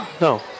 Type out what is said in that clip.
No